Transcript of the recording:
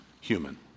human